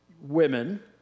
women